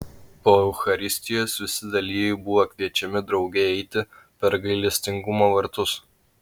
po eucharistijos visi dalyviai buvo kviečiami drauge eiti per gailestingumo vartus